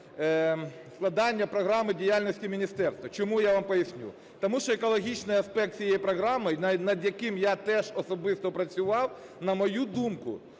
складання програми діяльності міністерства. Чому, я вам поясню. Тому що екологічний аспект цієї програми, над яким я теж особисто працював, на мою думку,